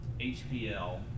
HPL